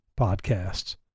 podcasts